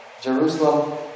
Jerusalem